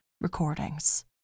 recordings